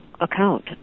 account